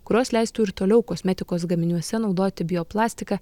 kurios leistų ir toliau kosmetikos gaminiuose naudoti bioplastiką